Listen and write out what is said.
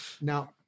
Now